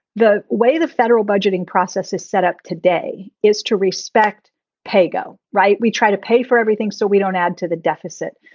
the way the federal budgeting process is set up today is to respect paygo. right. we try to pay for everything so we don't add to the deficit.